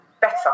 better